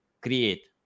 create